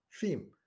theme